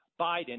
Biden